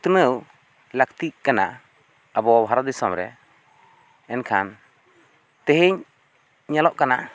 ᱩᱛᱱᱟᱹᱣ ᱞᱟᱹᱠᱛᱤᱜ ᱠᱟᱱᱟ ᱟᱵᱚ ᱵᱷᱟᱨᱚᱛ ᱫᱤᱥᱚᱢ ᱨᱮ ᱮᱱᱠᱷᱟᱱ ᱛᱮᱦᱮᱧ ᱧᱮᱞᱚᱜ ᱠᱟᱱᱟ